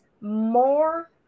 more